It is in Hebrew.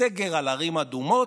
סגר על ערים אדומות,